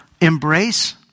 embrace